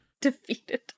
defeated